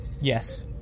Yes